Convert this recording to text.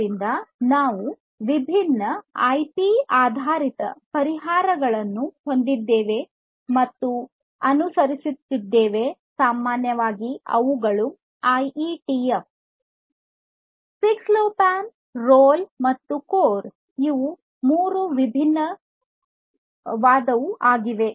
ಆದ್ದರಿಂದ ನಾವು ವಿಭಿನ್ನ ಐಪಿ ಆಧಾರಿತ ಪರಿಹಾರಗಳನ್ನು ಹೊಂದಿದ್ದೇವೆ ಮತ್ತು ಅನುಸರಿಸುತ್ತೇವೆ ಸಾಮಾನ್ಯವಾಗಿ ಅವುಗಳು ಐಇಟಿಎಫ್ ನ 6ಲೋವ್ಪ್ಯಾನ್ ರೋಲ್ ಮತ್ತು ಕೋರ್ ಇವು 3 ವಿಭಿನ್ನವಾದವುಗಳಾಗಿವೆ